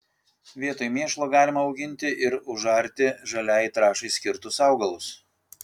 vietoj mėšlo galima auginti ir užarti žaliajai trąšai skirtus augalus